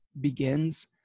begins